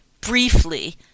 briefly